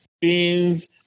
beans